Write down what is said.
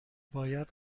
باید